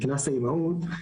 קנס האימהות,